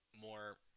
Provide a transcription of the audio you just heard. more